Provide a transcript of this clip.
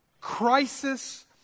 crisis